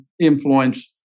influence